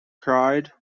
cried